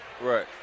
Right